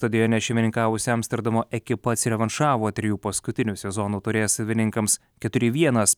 stadione šeimininkavusi amsterdamo ekipa atsirevanšavo trijų paskutinių sezonų taurės savininkams keturi vienas